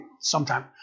sometime